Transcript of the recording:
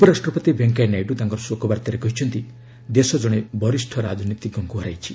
ଉପରାଷ୍ଟ୍ରପତି ଭେଙ୍କୟା ନାଇଡୁ ତାଙ୍କର ଶୋକାବର୍ତ୍ତାରେ କହିଛନ୍ତି ଦେଶ ଜଣେ ବରିଷ୍ଠ ରାଜନୀତିଜ୍ଞଙ୍କୁ ହରାଇଛି